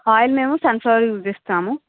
oil మేము sunflower రే use చేస్తాము